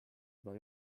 juba